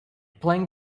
playing